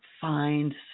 find